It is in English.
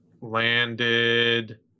landed